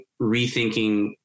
rethinking